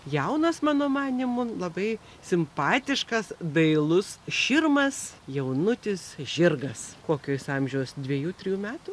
jaunas mano manymu labai simpatiškas dailus širmas jaunutis žirgas kokio jis amžiaus dviejų trijų metų